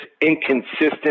inconsistent